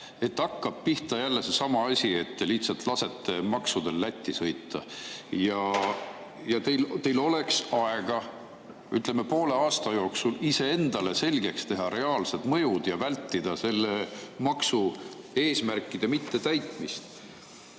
Hakkab pihta jälle seesama asi, et te lihtsalt lasete maksu[rahal] Lätti sõita. Teil oleks aega, ütleme, poole aasta jooksul ise endale selgeks teha reaalsed mõjud ja vältida maksueesmärkide mittetäitmist.